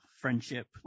friendship